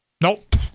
Nope